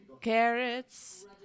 carrots